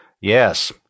Yes